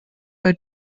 bei